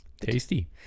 Tasty